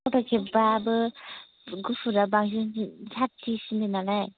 फटक खेबबाबो गुफुरा बांसिन साथिसिनो नालाय